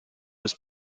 was